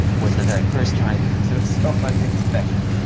was the very first time, because it was so but unexpected.